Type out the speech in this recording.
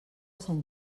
sant